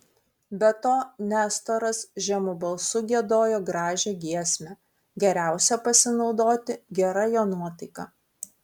be to nestoras žemu balsu giedojo gražią giesmę geriausia pasinaudoti gera jo nuotaika